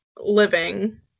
living